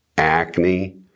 acne